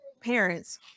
parents